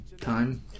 time